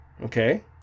Okay